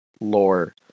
lore